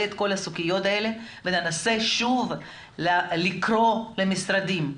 את כל הסוגיות האלה וננסה שוב לקרוא למשרדים,